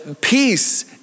Peace